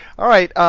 alright,